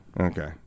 Okay